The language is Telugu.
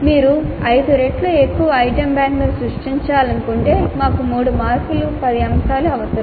మీరు 5 రెట్లు ఎక్కువ ఐటెమ్ బ్యాంక్ను సృష్టించాలనుకుంటే మాకు 3 మార్కుల 10 అంశాలు అవసరం